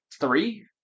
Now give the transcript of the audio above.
Three